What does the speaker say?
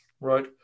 right